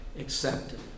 accepted